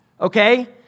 Okay